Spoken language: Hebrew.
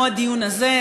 כמו הדיון הזה,